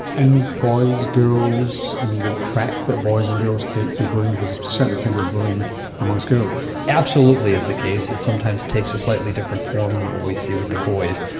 and boys, girls, and the track that boys and girls take through bullying, because there is certainly plenty of bullying amongst girls? absolutely it's the case, it sometimes takes a slightly different form than what we see with the boys.